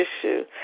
issue